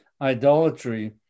idolatry